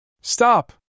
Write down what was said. Stop